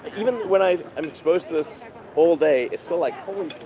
even when i am exposed to this all day, it's so like